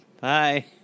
Bye